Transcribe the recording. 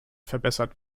verbessert